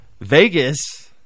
Vegas